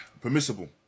permissible